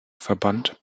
verband